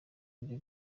ryo